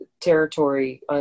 Territory